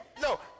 No